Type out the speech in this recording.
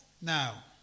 now